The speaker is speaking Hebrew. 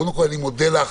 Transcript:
קודם כל, אני מודה לך.